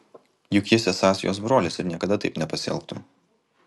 juk jis esąs jos brolis ir niekada taip nepasielgtų